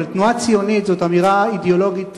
אבל תנועה ציונית זו אמירה אידיאולוגית,